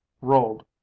rolled